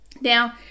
Now